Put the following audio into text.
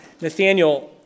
Nathaniel